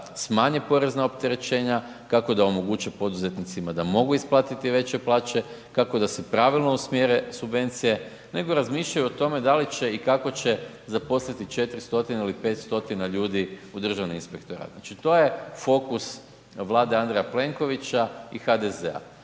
smanje porezna opterećenja, kako da omoguće poduzetnicima da mogu isplatiti veće plaće, kako da se pravilno usmjere subvencije, nego razmišljaju o tome da li će i kako će zaposliti 4 stotine ili 5 stotina ljudi Državni inspektorat. Znači to je fokus Vlade Andreja Plenkovića i HDZ-a.